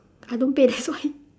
I don't pay that's why